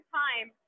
time